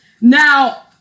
Now